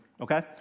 okay